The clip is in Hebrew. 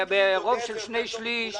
שברוב של שני שליש --- מיקי,